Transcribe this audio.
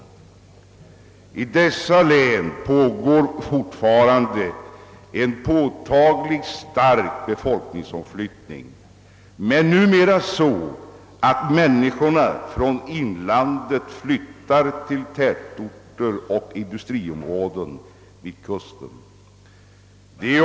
I de norrländska länen äger fortfarande en omfattande befolkningsomflyttning rum, men numera sker denna på så sätt att människorna flyttar från inlandet till tätorter och industriområden vid kusten.